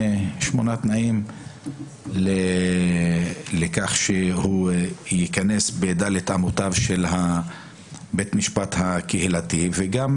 תנאים לכך שהוא ייכנס ב-ד' אמותיו של בית המשפט הקהילתי וגם